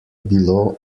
bilo